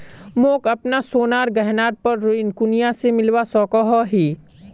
मोक अपना सोनार गहनार पोर ऋण कुनियाँ से मिलवा सको हो?